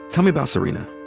tell me about serena.